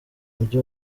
mujyi